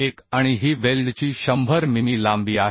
एक आणि ही वेल्डची 100 मिमी लांबी आहे